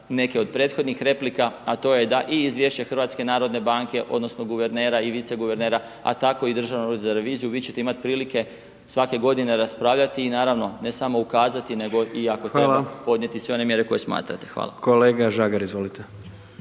neke od prethodnih replika a to je da i izvješće HNB-a odnosno guvernera i vice guvernera a tako i Državnog ureda za reviziju vi ćete imati prilike svake godine raspravljati i naravno ne samo ukazati nego i ako treba podnijeti sve one mjere koje smatrate. **Jandroković, Gordan